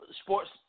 sports